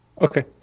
Okay